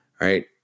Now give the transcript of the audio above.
Right